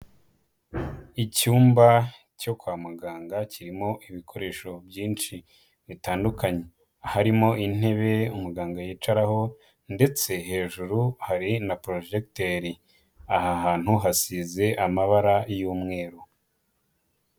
Icyumba cyo kwa muganga kirimo ibikoresho byinshi bitandukanye harimo intebe muganga yicaraho ndetse hejuru hari na porojegiteri; aha hantu hasize amabara y'umweru.